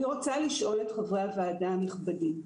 אני רוצה לשאול את חברי הוועדה הנכבדים.